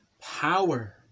power